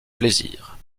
plaisir